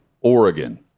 Oregon